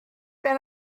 been